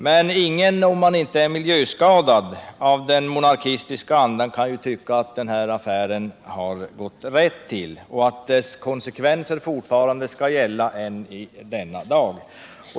Men ingen, om man inte är miljöskadad av den monarkistiska andan, kan tycka att den här affären har gått rätt till och att dess konsekvenser fortfarande skall gälla i denna dag.